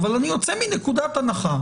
אבל אני יוצא מנקודת הנחה